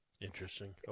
Interesting